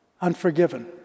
unforgiven